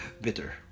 bitter